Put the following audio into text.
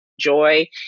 Joy